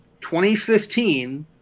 2015